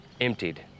emptied